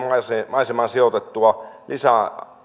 maisemaan sijoitettua lisää